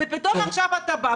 ופתאום עכשיו אתה בא,